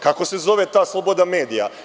Kako se zove ta sloboda medija?